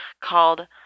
called